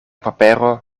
papero